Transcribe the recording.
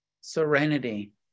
serenity